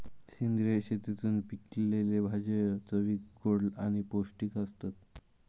सेंद्रिय शेतीतून पिकयलले भाजये चवीक गोड आणि पौष्टिक आसतत